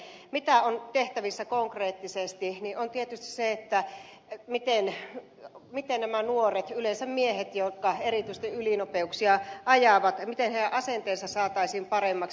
mitä on tehtävissä konkreettisesti niin tietysti se miten näiden nuorten yleensä miesten jotka erityisesti ylinopeuksia ajavat miten heidän asenteensa saataisiin paremmaksi